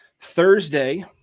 Thursday